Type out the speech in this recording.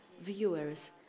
viewers